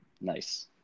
Nice